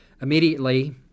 Immediately